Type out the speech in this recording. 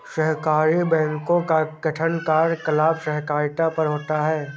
सहकारी बैंक का गठन कार्यकलाप सहकारिता पर होता है